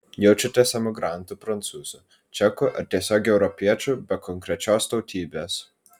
jaučiatės emigrantu prancūzu čeku ar tiesiog europiečiu be konkrečios tautybės